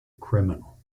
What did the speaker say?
criminal